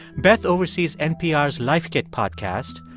beth oversees npr's life kit podcast,